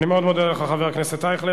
אני מאוד מודה לך, חבר הכנסת אייכלר.